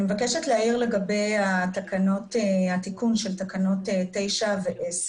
אני מבקשת להעיר לגבי תיקון תקנות 9 ו-10.